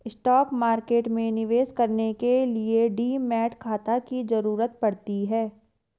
stock market में निवेश करने के लिए डीमैट खाता की जरुरत पड़ती है